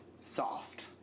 soft